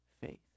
faith